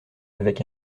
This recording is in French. avec